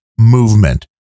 movement